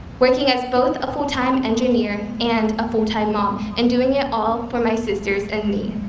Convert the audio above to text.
working as both a full-time engineer and a full-time mom, and doing it all for my sisters and me.